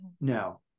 No